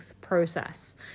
process